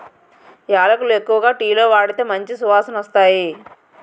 యాలకులు ఎక్కువగా టీలో వాడితే మంచి సువాసనొస్తాయి